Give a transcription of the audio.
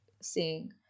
seeing